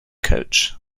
coach